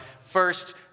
first